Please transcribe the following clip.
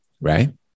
right